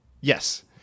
Yes